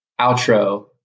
outro